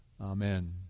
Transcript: Amen